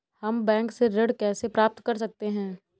हम बैंक से ऋण कैसे प्राप्त कर सकते हैं?